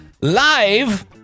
live